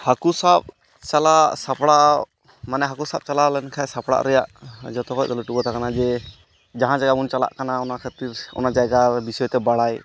ᱦᱟᱹᱠᱩ ᱥᱟᱵ ᱪᱟᱞᱟᱜ ᱥᱟᱯᱲᱟᱣ ᱢᱟᱱᱮ ᱦᱟᱠᱩ ᱥᱟᱵ ᱪᱟᱞᱟᱣ ᱞᱮᱱᱠᱷᱟᱱ ᱥᱟᱯᱲᱟᱜ ᱨᱮᱭᱟᱜ ᱡᱚᱛᱚ ᱠᱷᱚᱱ ᱞᱟᱹᱴᱩ ᱠᱟᱛᱷᱟ ᱠᱟᱱᱟ ᱡᱮ ᱡᱟᱦᱟᱸ ᱡᱟᱭᱜᱟᱵᱚᱱ ᱪᱟᱞᱟᱜ ᱠᱟᱱᱟ ᱚᱱᱟ ᱡᱟᱭᱜᱟ ᱵᱤᱥᱚᱭᱛᱮ ᱵᱟᱲᱟᱭ